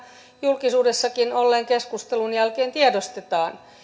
julkisuudessakin olleen keskustelun jälkeen tiedostetaan